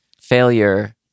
failure